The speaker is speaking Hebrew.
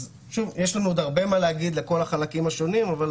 אז יש לנו עוד הרבה מה להגיד לכל החלקים השונים אבל